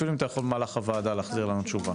אפילו אם אתה יכול במהלך הוועדה להחזיר תשובה